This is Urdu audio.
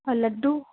اور لڈو